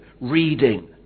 reading